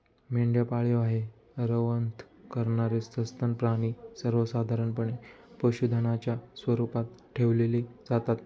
मेंढ्या पाळीव आहे, रवंथ करणारे सस्तन प्राणी सर्वसाधारणपणे पशुधनाच्या स्वरूपात ठेवले जातात